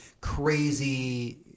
crazy